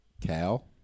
Cal